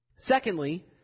Secondly